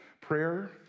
prayer